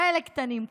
כאלה קטנים,